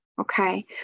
okay